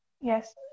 Yes